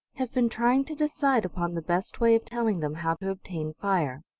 have been trying to decide upon the best way of telling them how to obtain fire.